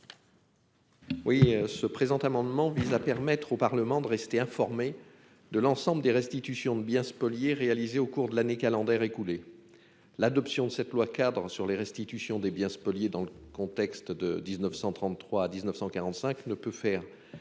Oui ce présent amendement vise à permettre au Parlement de rester informés de l'ensemble des restitutions de biens spoliés réalisés au cours de l'année calendaire. L'adoption de cette loi cadre sur les restitutions des biens spoliés dans le contexte de 1933 à 1945 ne peut faire